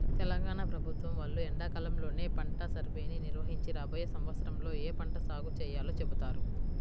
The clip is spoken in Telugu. తెలంగాణ ప్రభుత్వం వాళ్ళు ఎండాకాలంలోనే పంట సర్వేని నిర్వహించి రాబోయే సంవత్సరంలో ఏ పంట సాగు చేయాలో చెబుతారు